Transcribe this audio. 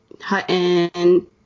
Hutton